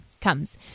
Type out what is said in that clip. comes